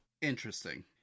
interesting